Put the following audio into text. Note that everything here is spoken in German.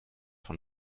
von